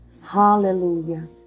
hallelujah